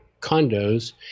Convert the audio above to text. condos